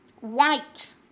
White